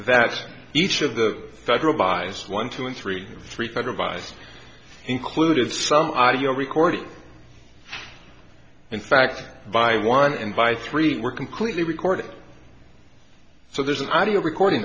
that each of the federal buys one two and three three could revise included some audio recording in fact by one invite three were completely recorded so there's an audio recording